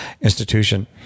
institution